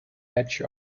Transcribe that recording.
edge